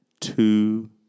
two